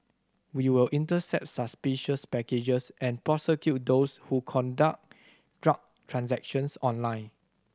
we will intercept suspicious packages and prosecute those who conduct drug transactions online